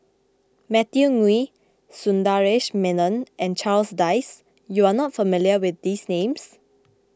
Matthew Ngui Sundaresh Menon and Charles Dyce you are not familiar with these names